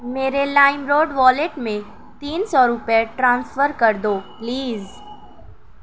میرے LimeRoad wallet میں تین سو روپے ٹرانسفر کر دو پلیز